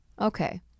Okay